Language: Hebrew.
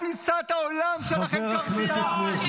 כל תפיסת העולם שלכם קרסה.